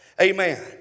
Amen